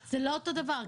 --- זה לא אותו דבר.